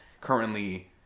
currently